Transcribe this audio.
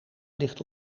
ligt